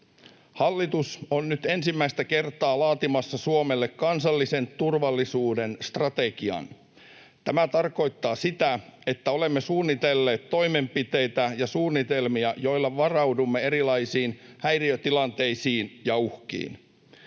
Hallitus on nyt ensimmäistä kertaa laatimassa Suomelle kansallisen turvallisuuden strategian. Tämä tarkoittaa sitä, että olemme suunnitelleet toimenpiteitä ja suunnitelmia, joilla varaudumme erilaisiin häiriötilanteisiin ja uhkiin.